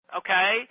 okay